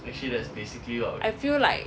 I feel like